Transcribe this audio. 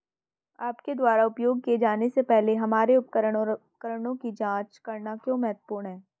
आपके द्वारा उपयोग किए जाने से पहले हमारे उपकरण और उपकरणों की जांच करना क्यों महत्वपूर्ण है?